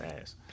ass